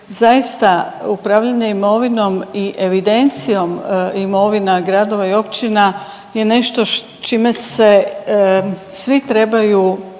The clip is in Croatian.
zaista upravljanje imovinom i evidencijom imovina gradova i općina je nešto s čime se svi trebaju